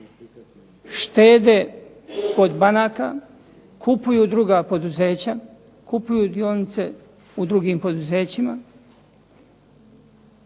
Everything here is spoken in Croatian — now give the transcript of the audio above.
štede kod banaka, kupuju druga poduzeća, kupuju dionice u drugim poduzećima